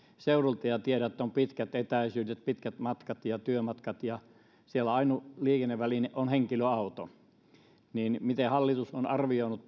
seudulta niin tiedän että kun on pitkät etäisyydet pitkät matkat ja työmatkat niin siellä ainut liikenneväline on henkilöauto miten hallitus on arvioinut